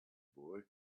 boy